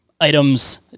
items